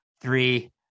three